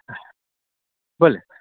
હા ભલે